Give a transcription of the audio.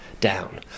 down